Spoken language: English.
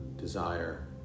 desire